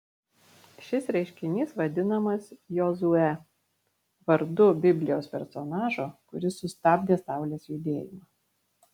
šis reiškinys vadinamas jozue vardu biblijos personažo kuris sustabdė saulės judėjimą